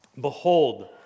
Behold